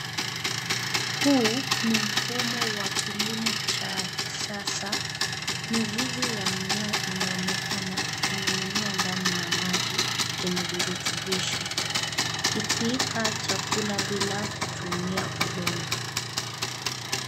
Huu ni mfumo wa kilimo cha kisasa, mizizi ya mimea inaonekana ikining'inia ndani ya maji yenye virutubisho ikiipa chakula bila kutumia udongo.